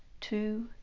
two